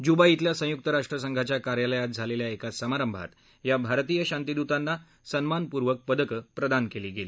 Juba इथल्या संयुक्त राष्ट्र संघाच्या कार्यालयात झालेल्या एका समारंभात या भारतीय शांतीदुतांना सन्मानपूर्वक पदकंप्रदान केली गेली